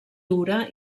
dura